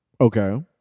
Okay